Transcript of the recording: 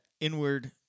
inward